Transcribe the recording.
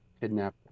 kidnap